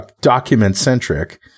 document-centric